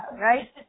right